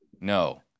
No